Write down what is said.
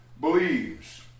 believes